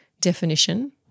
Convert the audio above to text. definition